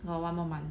got one more month